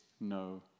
no